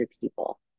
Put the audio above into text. people